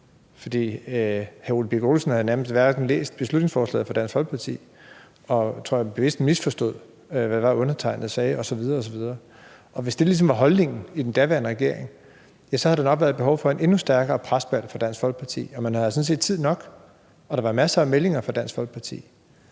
For hr. Ole Birk Olesen havde jo nærmest ikke læst beslutningsforslaget fra Dansk Folkeparti og misforstod bevidst, tror jeg, hvad det var, undertegnede sagde, osv. osv. Hvis det ligesom var holdningen i den daværende regering, havde der nok været behov for en endnu stærkere presbal fra Dansk Folkepartis side. Man havde jo sådan set tid nok, og der var også masser af meldinger fra Dansk Folkeparti.